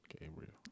Gabriel